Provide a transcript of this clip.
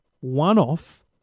one-off